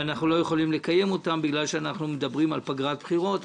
ואנחנו לא יכולים לקיים אותם בגלל שאנחנו מדברים על פגרת בחירות.